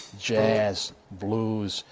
jazz, blues,